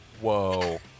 Whoa